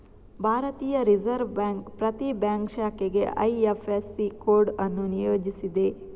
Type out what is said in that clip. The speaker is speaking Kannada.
ಭಾರತೀಯ ರಿಸರ್ವ್ ಬ್ಯಾಂಕ್ ಪ್ರತಿ ಬ್ಯಾಂಕ್ ಶಾಖೆಗೆ ಐ.ಎಫ್.ಎಸ್.ಸಿ ಕೋಡ್ ಅನ್ನು ನಿಯೋಜಿಸಿದೆ